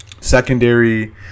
secondary